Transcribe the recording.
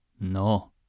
No